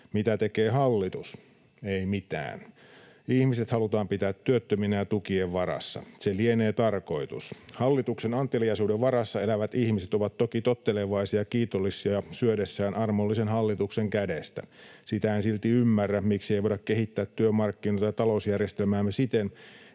Mitä tekee hallitus? Ei mitään. Ihmiset halutaan pitää työttöminä ja tukien varassa, se lienee tarkoitus. Hallituksen anteliaisuuden varassa elävät ihmiset ovat toki tottelevaisia ja kiitollisia syödessään armollisen hallituksen kädestä. Sitä en silti ymmärrä, miksi ei voida kehittää työmarkkinoita ja talousjärjestelmäämme siten,